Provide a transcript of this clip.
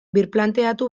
birplanteatu